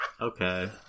Okay